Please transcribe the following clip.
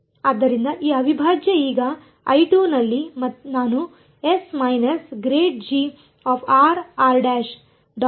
ಆದ್ದರಿಂದ ಈ ಅವಿಭಾಜ್ಯ ಈಗ I2 ನಲ್ಲಿ ನಾನು s ಮೈನಸ್ ಎಂದು ಬರೆಯಬಹುದು ಏನಾಗುತ್ತದೆ